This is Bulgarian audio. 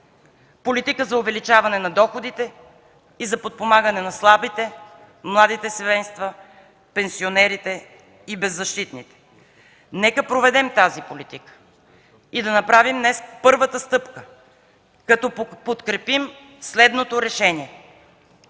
политика за увеличаване на доходите и за подпомагане на слабите, младите семейства, пенсионерите и беззащитните. Нека да проведем тази политика и да направим днес първата стъпка, да подкрепим следното решение: